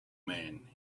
man